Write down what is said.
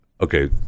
Okay